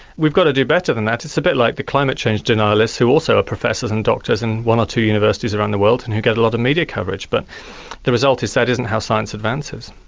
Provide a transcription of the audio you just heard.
we've got to do better than that. it's a bit like the climate change denialists who also are professors and doctors in one or two universities around the world and who get a lot of media coverage, but the result is that isn't how science advances.